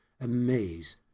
amaze